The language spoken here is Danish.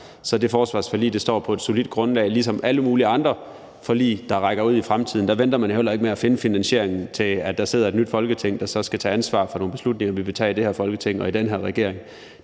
så det forsvarsforlig står på et solidt grundlag. Det er ligesom med alle mulige andre forlig, der rækker ud i fremtiden; der venter man jo heller ikke med at finde finansieringen, til der sidder et nyt Folketing, der så skal tage ansvar for nogle beslutninger, vi vil tage i det her Folketing og i den her regering.